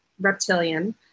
reptilian